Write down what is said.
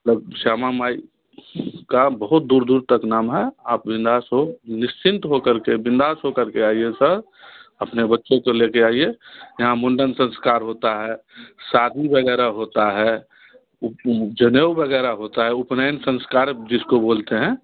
मतलब श्यामामाई का बहुत दूर दूर तक नाम है आप बिंदास हो निश्चिंत हो कर के बिंदास हो कर के आइए सर अपने बच्चों को ले कर आइए यहाँ मुंडन संस्कार होता है साधु वग़ैरह होता है जनेऊ वग़ैरह होता है उपनयन संस्कार जिसको बोलते हैं